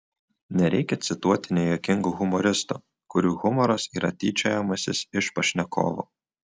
nereikia cituoti nejuokingų humoristų kurių humoras yra tyčiojimasis iš pašnekovų